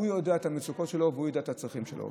יודע את המצוקות שלו ויודע את הצרכים שלו.